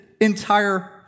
entire